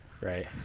right